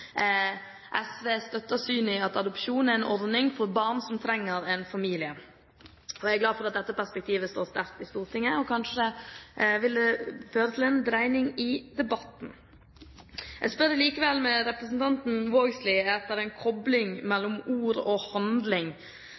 SV støtter synet om at adopsjon er en ordning for barn som trenger en familie. Jeg er glad for at dette perspektivet står sterkt i Stortinget og kanskje vil føre til en dreining av debatten. Jeg spør, i likhet med representanten Vågslid, etter kobling mellom ord og handling.